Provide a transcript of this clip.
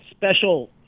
Special